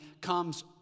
comes